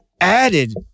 added